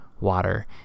water